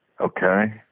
Okay